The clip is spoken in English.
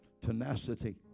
tenacity